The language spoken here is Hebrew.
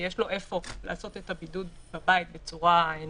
שיש לו איפה לעשות את הבידוד בבית בצורה נאותה,